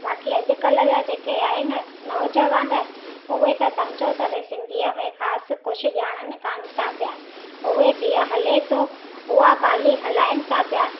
ताक़ी अॼुकल्ह जा जेके आहिनि नौजवान उहे त सम्झो त भाई सिंधीअ में ख़ासि कुझु ॼाणणु कोन्ह था पिया उहे जीअं हले थो हूअ ॻाल्हि ई हलाइनि था पिया